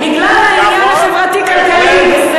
אחרי המחאה החברתית בחרו את ביבי בגלל העניין החברתי-כלכלי.